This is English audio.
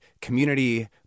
community